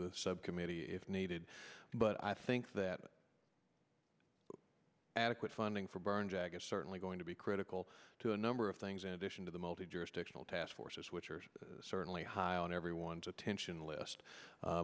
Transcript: the subcommittee if needed but i think that adequate funding for burn jagat certainly going to be critical to a number of things in addition to the multi jurisdictional task forces which are certainly high on everyone's attention list